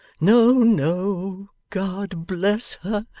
no, no, god bless her!